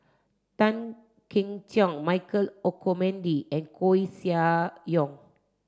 Tan Keong Choon Michael Olcomendy and Koeh Sia Yong